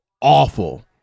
awful